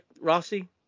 Rossi